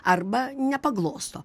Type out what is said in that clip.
arba nepaglosto